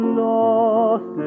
lost